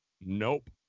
nope